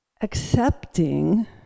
accepting